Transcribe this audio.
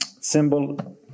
symbol